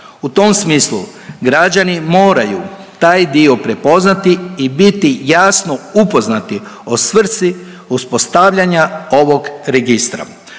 U tom smislu građani moraju taj dio prepoznati i biti jasno upoznati o svrsi uspostavljanja ovog registra.